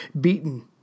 Beaten